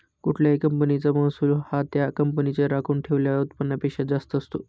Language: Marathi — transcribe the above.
कुठल्याही कंपनीचा महसूल हा त्या कंपनीच्या राखून ठेवलेल्या उत्पन्नापेक्षा जास्त असते